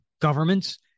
governments